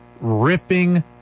ripping